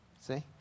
See